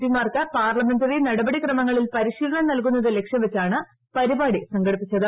പിമാർക്ക് parliamentary നടപ ടിക്രമങ്ങളിൽ പരിശീലനം നൽകുന്നത് ലക്ഷ്യം വച്ചാണ് പരിപാടി സംഘടിപ്പിച്ചത്